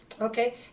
Okay